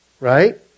Right